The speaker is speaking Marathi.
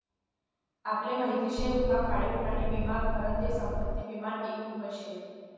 आपले माहिती शे का पाळीव प्राणी विमा खरं ते संपत्ती विमानं एक रुप शे